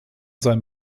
sein